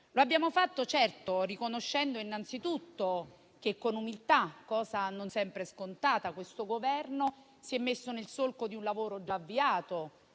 Lo abbiamo fatto, certo, riconoscendo innanzitutto che con umiltà - cosa non sempre scontata - questo Governo si è messo nel solco di un lavoro già avviato